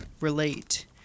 relate